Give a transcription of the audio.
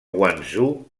guangzhou